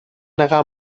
negar